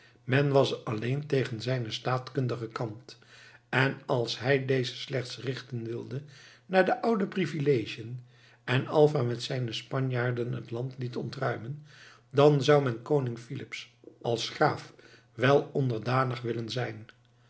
men was alleen tegen zijne staatkunde gekant en als hij deze slechts richten wilde naar de oude privilegiën en alva met zijne spanjaarden het land liet ontruimen dan zou men koning filips als graaf wel onderdanig willen zijn